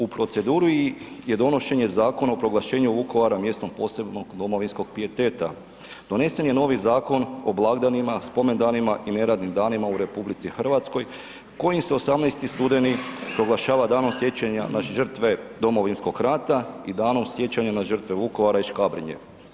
U proceduri je donošenje Zakona o proglašenju Vukovara mjestom posebnog domovinskog pijeteta, donesen je novi Zakon o blagdanima, spomendanima i neradnim danima u RH kojim se 18. studeni proglašava Dan sjećanja na žrtve Domovinskog rata i Dan sjećanja na žrtve Vukovara i Škabrnje.